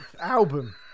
album